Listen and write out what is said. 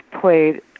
played